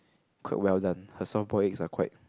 quite well done her soft boiled eggs are quite